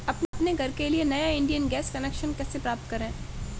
अपने घर के लिए नया इंडियन गैस कनेक्शन कैसे प्राप्त करें?